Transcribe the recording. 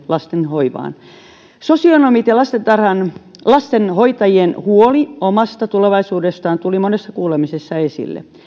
lasten hoivaan sosionomien ja lastenhoitajien huoli omasta tulevaisuudestaan tuli monissa kuulemisissa esille